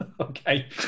Okay